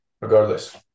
Regardless